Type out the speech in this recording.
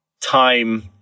time